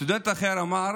סטודנט אחר אמר